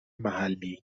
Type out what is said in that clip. محلی